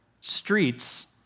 Streets